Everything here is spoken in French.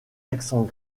accent